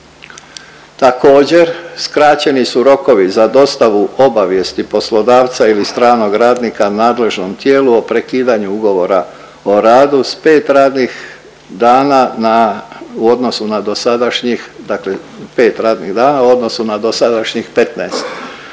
Također skraćeni su rokovi za dostavu obavijesti poslodavca ili stranog radnika nadležnom tijelu o prekidanju ugovora o radu s pet radnih dana na u odnosu na dosadašnjih dakle